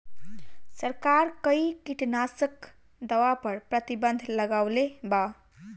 सरकार कई किटनास्क दवा पर प्रतिबन्ध लगवले बा